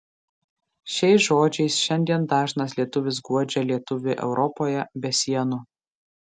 šiais žodžiais šiandien dažnas lietuvis guodžia lietuvį europoje be sienų